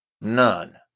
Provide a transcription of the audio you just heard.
none